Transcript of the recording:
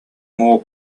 more